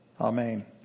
Amen